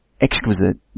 exquisite